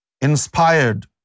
inspired